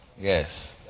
Yes